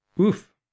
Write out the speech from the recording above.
Oof